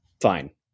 Fine